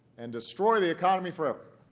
and destroy the economy forever.